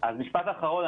אז משפט אחרון,